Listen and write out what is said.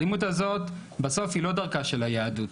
האלימות הזאת בסוף היא לא דרכה של היהדות,